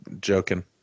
joking